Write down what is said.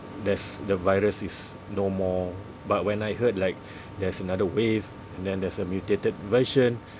there's the virus is no more but when I heard like there's another wave and then there's a mutated version